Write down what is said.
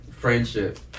Friendship